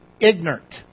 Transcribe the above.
ignorant